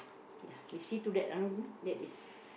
ya we so that are you that is